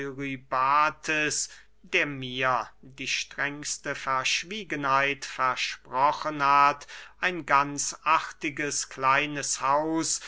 eurybates der mir die strengste verschwiegenheit versprochen hat ein ganz artiges kleines haus